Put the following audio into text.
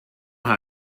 how